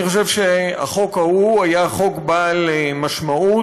אני חושב שהחוק ההוא היה חוק בעל משמעות,